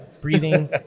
breathing